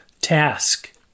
task